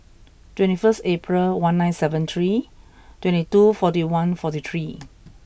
twenty first April one nine seven three twenty two forty one forty three